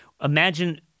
imagine